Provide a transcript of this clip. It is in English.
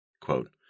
Quote